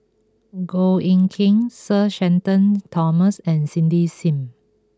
Goh Eck Kheng Sir Shenton Thomas and Cindy Sim